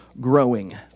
growing